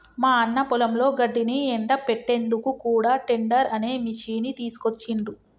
మా అన్న పొలంలో గడ్డిని ఎండపెట్టేందుకు కూడా టెడ్డర్ అనే మిషిని తీసుకొచ్చిండ్రు